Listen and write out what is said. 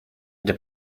для